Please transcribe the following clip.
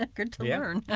ah good to learn. yeah